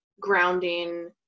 grounding